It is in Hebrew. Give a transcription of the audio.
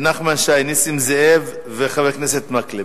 נחמן שי, נסים זאב וחבר הכנסת מקלב,